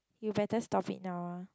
you better stop it now ah